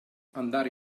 andare